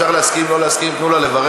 אפשר להסכים או שלא להסכים, תנו לה לברך.